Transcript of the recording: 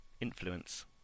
influence